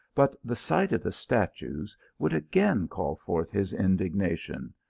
but the sight of the statues would again call forth his indignation.